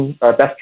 best